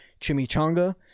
chimichanga